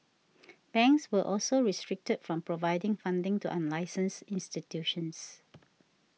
banks were also restricted from providing funding to unlicensed institutions